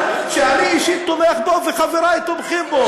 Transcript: שאני אישית תומך בו וחברי תומכים בו.